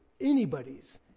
anybody's